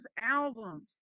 albums